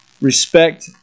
respect